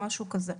משהו כזה.